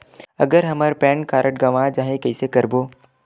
अगर हमर pan card गवां जाही कइसे करबो?